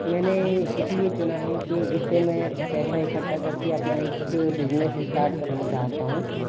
मैंने इसलिए चुना है कि इससे मैं पैसा इकट्ठा करके अपना एक बिज़नेस इस्टार्ट करना चाहता हूँ